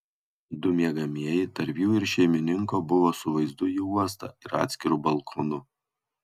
du miegamieji tarp jų ir šeimininko buvo su vaizdu į uostą ir atskiru balkonu